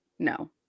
No